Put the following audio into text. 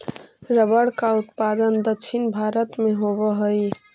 rubber का उत्पादन दक्षिण भारत में होवअ हई